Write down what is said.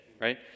right